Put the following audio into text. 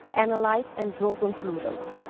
analyze and draw conclusions.